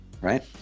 right